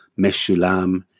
Meshulam